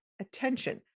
attention